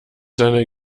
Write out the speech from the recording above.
seine